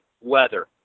Weather